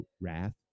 wrath